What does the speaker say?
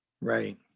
Right